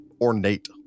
ornate